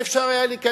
לא היה אפשר להיכנס,